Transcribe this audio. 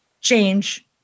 change